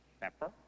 Pepper